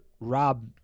Rob